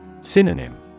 Synonym